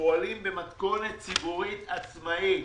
הפועלים במתכונת ציבורית עצמאית.